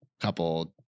couple